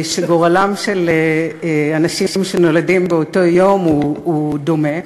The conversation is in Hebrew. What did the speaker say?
שגורלם של אנשים שנולדים באותו יום הוא דומה,